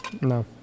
No